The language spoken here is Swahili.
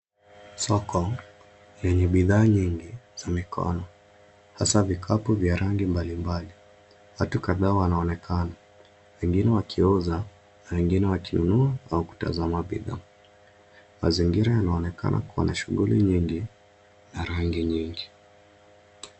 Soko lenye bidhaa nyingi za mikono hasa vikapu vya rangi mbalimbali. Watu kadhaa wanaonekana, wengine wakiuza na wengine wakinunua au kutazama bidhaa. Mazingira yanaonekana kuwa na shughuli nyingi na rangi nyingi.